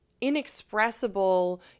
inexpressible